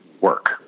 work